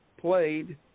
played